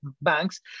banks